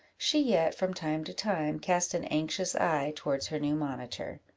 she yet, from time to time, cast an anxious eye towards her new monitor.